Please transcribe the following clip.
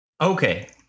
Okay